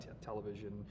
television